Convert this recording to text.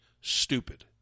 stupid